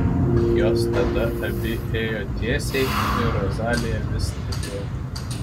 jos tada abi ėjo tiesiai ir rozalija vis tylėjo